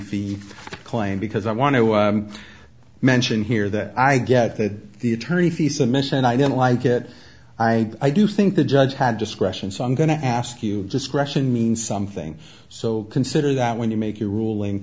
fees claim because i want to mention here that i get that the attorney fees submission i don't like it i i do think the judge had discretion so i'm going to ask you discretion means something so consider that when you make your ruling